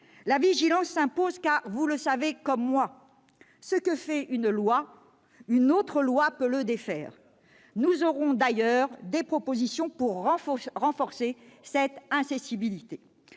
la vigilance s'impose, car, vous le savez comme moi, mes chers collègues, ce qu'une loi a fait, une autre loi peut le défaire ! Nous aurons d'ailleurs des propositions pour renforcer cette incessibilité.